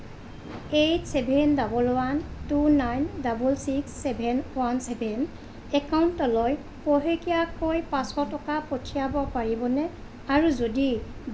eight seven double one two nine double six seven one seven একাউণ্টলৈ পষেকীয়াকৈ পাঁচশ টকা পঠিয়াব পাৰিবনে আৰু যদি বেলেঞ্চ তাতকৈ কম হয় তেন্তে মোক এটা এলাৰ্ট দিব পাৰিবনে